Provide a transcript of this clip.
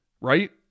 Right